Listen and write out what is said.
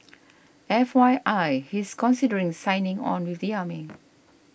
F Y I he's considering signing on with the army